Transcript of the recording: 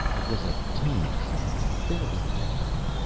it was a tiny sound, barely detectable,